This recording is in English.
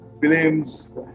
films